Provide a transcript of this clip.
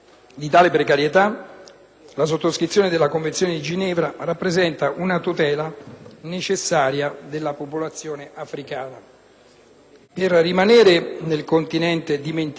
Per rimanere nel continente dimenticato, sottolineo che anche la Somalia presenta una situazione interna estremamente fragile,